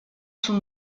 son